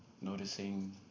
noticing